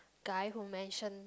guy who mention